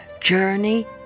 Journey